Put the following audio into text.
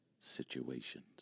situations